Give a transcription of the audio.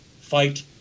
fight